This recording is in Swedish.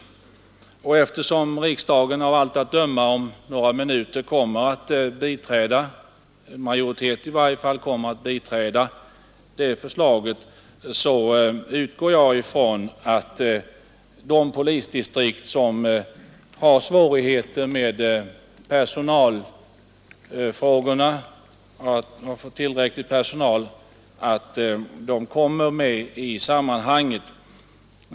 Eftersom riksdagens majoritet om några minuter kommer att biträda det förslaget, utgår jag från att de polisdistrikt som har svårigheter med tillgången på personal kommer att tillgodoses i sammanhanget.